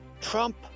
Trump